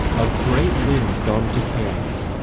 of great limbs gone to chaos,